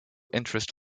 interest